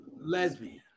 lesbian